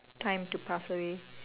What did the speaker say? time to pass away